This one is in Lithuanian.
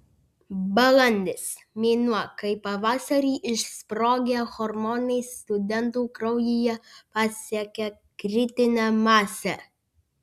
balandis mėnuo kai pavasarį išsprogę hormonai studentų kraujyje pasiekia kritinę masę